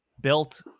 built